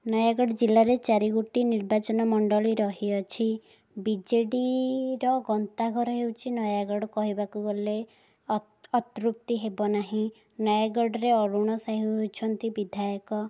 ନୟାଗଡ଼ ଜିଲ୍ଲାରେ ଚାରିଗୋଟି ନିର୍ବାଚନ ମଣ୍ଡଳୀ ରହିଅଛି ବିଜେଡ଼ିର ଗନ୍ତାଘର ହେଉଛି ନୟାଗଡ଼ କହିବାକୁ ଗଲେ ଅତ୍ୟୁକ୍ତି ହେବ ନାହିଁ ନୟାଗଡ଼ରେ ଅରୁଣ ସାହୁ ହେଉଛନ୍ତି ବିଧାୟକ